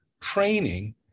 training